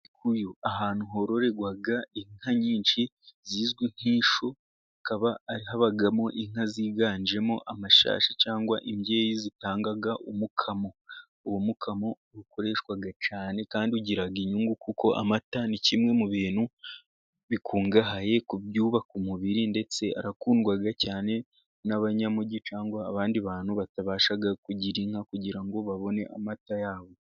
Ahantu hororerwa inka nyinshi zizwi nk'ishyo, hakaba habamo inka ziganjemo, amashashi cyangwa imbyeyi zitanga umukamo, uwo mukamo ukoreshwa cyane ,kandi ugira inyungu, kuko amata ni kimwe mu bintu bikungahaye ku byubaka umubiri, ndetse arakundwa cyane n'abanyamugi ,cyangwa abandi bantu batabasha kugira inka ,kugira ngo babone amata yabo.